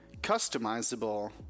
customizable